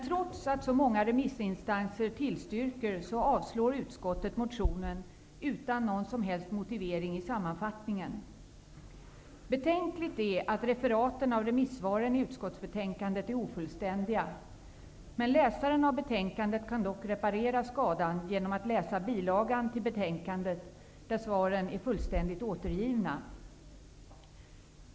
Trots att så många remissinstanser tillstyrker, avslår utskottet motionen utan någon som helst motivering i sammanfattningen. Betänkligt är att referaten av remissvaren i utskottsbetänkandet är ofullständiga. Läsaren av betänkandet kan dock reparera skadan genom att läsa bilagan till betänkandet, där remissvaren finns fullständigt återgivna.